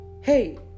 hey